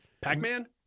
Pac-Man